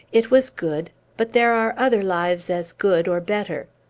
it was good but there are other lives as good, or better.